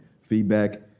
Feedback